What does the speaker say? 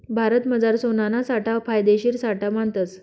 भारतमझार सोनाना साठा फायदेशीर साठा मानतस